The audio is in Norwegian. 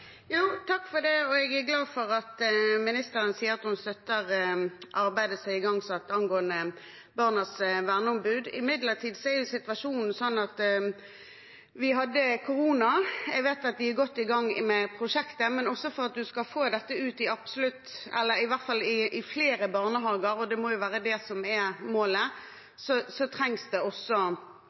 Takk for det, og jeg er glad for at ministeren sier at hun støtter arbeidet som er igangsatt angående barnas verneombud. Imidlertid var jo situasjonen sånn at vi hadde korona. Jeg vet at de er godt i gang med prosjektet, men for at man skal få dette ut i absolutt alle eller i hvert fall i flere barnehager – og det må jo være det som er målet – trengs det også